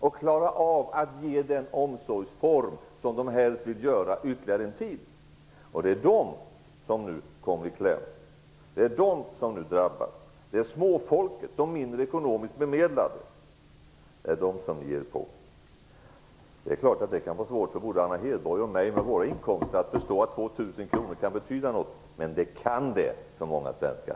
De kan klara av den omsorgsform som de helst vill ha ytterligare en tid. Det är de som nu kommer i kläm. Det är de som nu drabbas. Det är småfolket. Det är de som är mindre bemedlade ekonomiskt som ni ger er på. Det är klart att det kan vara svårt för både Anna Hedborg och mig med våra inkomster att förstå att 2 000 kr kan betyda något, men det kan det för många svenskar.